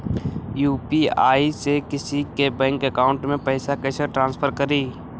UPI से किसी के बैंक अकाउंट में पैसा कैसे ट्रांसफर करी?